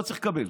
לא צריך לקבל.